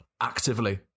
actively